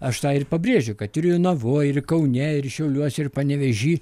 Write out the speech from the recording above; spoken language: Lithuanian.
aš tą ir pabrėžiu kad ir jonavoj ir kaune ir šiauliuose ir panevėžy